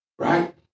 Right